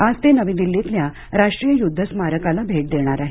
आज ते नवी दिल्लीतल्या राष्ट्रीय युद्ध स्मारकाला भेट देणार आहेत